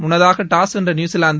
முன்னதாக டாஸ் வென்ற நியுசிவாந்து